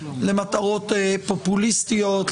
למטרות פופוליסטיות,